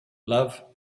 love